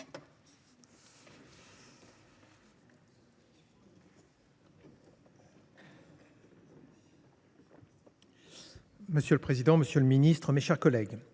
Monsieur le président, monsieur le ministre, mes chers collègues,